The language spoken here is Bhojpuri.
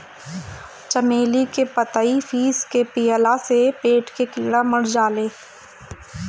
चमेली के पतइ पीस के पियला से पेट के कीड़ा मर जाले